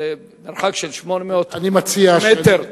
מרחק 800 מטר,